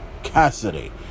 Cassidy